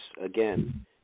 again